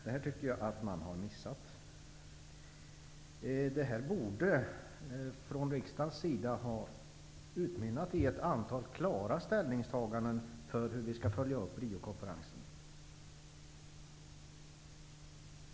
Jag tycker att regeringen har missat detta. Utskottets arbete borde ha utmynnat i ett antal klara ställningstaganden angående hur vi skall följa upp Riokonferensen.